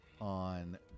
on